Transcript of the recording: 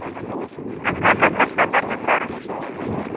اَچھا وۄنۍ کَتھ کَتھ چھُ مےٚ پَرہیز کَرُن